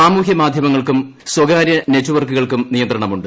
സാമൂഹ്യ മാധ്യമങ്ങൾക്കും സ്വകാര്യ നെറ്റ്വർക്കുകൾക്കും നിയന്ത്രണമുണ്ട്